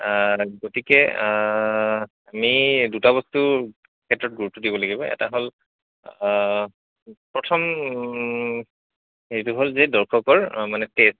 গতিকে আমি দুটা বস্তুৰ ক্ষেত্ৰত গুৰুত্ব দিব লাগিব এটা হ'ল প্ৰথম সেইটো হ'ল যে দৰ্শকৰ মানে টেষ্ট